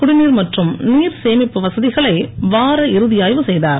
குடிநீர் மற்றும் நீர்சேமிப்பு வசதிகளை வார இறுதி ஆய்வு செய்தார்